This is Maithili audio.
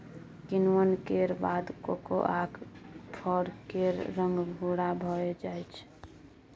किण्वन केर बाद कोकोआक फर केर रंग भूरा भए जाइ छै